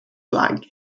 flag